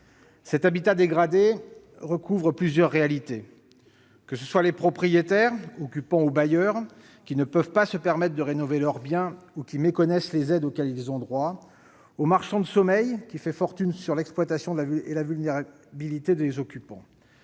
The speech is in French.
L'habitat dégradé recouvre plusieurs réalités : des propriétaires- occupants ou bailleurs -qui ne peuvent pas se permettre de rénover leur bien ou méconnaissent les aides auxquelles ils ont droit jusqu'aux marchands de sommeil qui font fortune en exploitant la vulnérabilité des occupants.